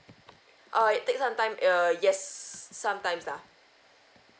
err it take sometime err yes sometimes lah